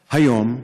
היום,